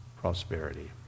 prosperity